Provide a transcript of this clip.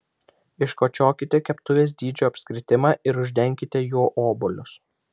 iškočiokite keptuvės dydžio apskritimą ir uždenkite juo obuolius